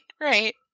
right